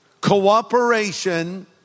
cooperation